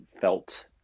felt